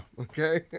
okay